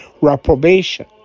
Reprobation